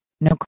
No